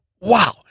wow